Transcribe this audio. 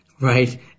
right